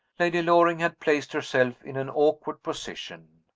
lady loring had placed herself in an awkward position.